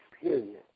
period